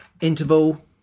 interval